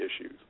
issues